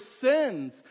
sins